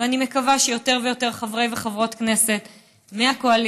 ואני מקווה שיותר ויותר חברי וחברות כנסת מהקואליציה,